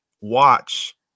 watch